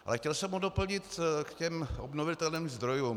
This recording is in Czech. Ale chtěl jsem ho doplnit k obnovitelným zdrojům.